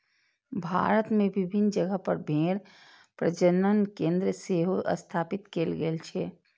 भारत मे विभिन्न जगह पर भेड़ प्रजनन केंद्र सेहो स्थापित कैल गेल छै